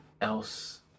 else